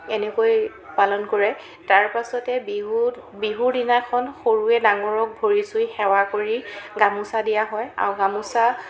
এনেকৈ পালন কৰে তাৰপাছতে বিহুত বিহুৰ দিনাখন সৰুৱে ডাঙৰক ভৰি চুই সেৱা কৰি গামোচা দিয়া হয় আৰু গামোচা